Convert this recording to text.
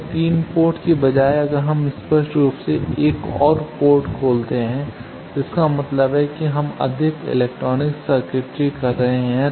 तो 3 पोर्ट के बजाय अगर हम स्पष्ट रूप से एक और पोर्ट खोलते हैं इसका मतलब है कि हम अधिक इलेक्ट्रॉनिक्स सर्किटरी कर रहे हैं